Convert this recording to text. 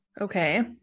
Okay